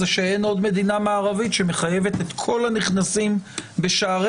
אין עוד מדינה מערבית שמחייבת את כל הנכנסים בשעריה,